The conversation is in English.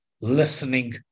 listening